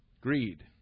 Greed